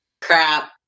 Crap